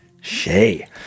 Shay